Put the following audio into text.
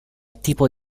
tipo